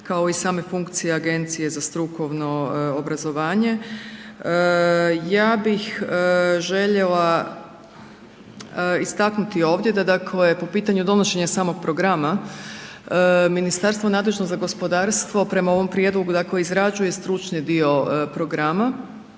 kao i same funkcije Agencije za strukovno obrazovanje. Ja bih željela istaknuti ovdje da dakle po pitanju donošenja programa, Ministarstvo nadležno za gospodarstvo prema ovom prijedlogu dakle izrađuje stručni dio programa